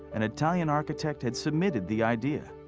an italian architect, had submitted the idea.